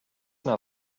not